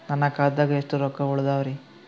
ನನ್ನ ಖಾತಾದಾಗ ಎಷ್ಟ ರೊಕ್ಕ ಉಳದಾವರಿ?